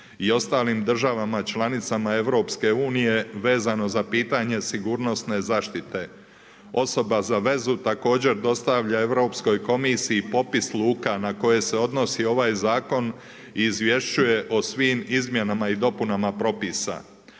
i ostalim državama članicama EU, vezano za pitanje sigurnosne zaštite. Osoba za vezu, također dostavlja Europskoj komisiji popis luka na koje se odnosi na ovaj zakon i izvješćuje o svim izmjenama i dopunama propisa.